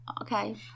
Okay